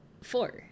Four